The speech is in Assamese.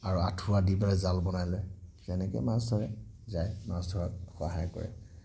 আৰু আঁঠুৱা দি পেলাই জাল বনাই লয় তেনেকৈ মাছ ধৰে যায় মাছ ধৰাত সহায় কৰে